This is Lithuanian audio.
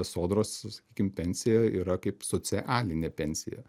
sodros sakykim pensija yra kaip socialinė pensija